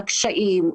לקשיים,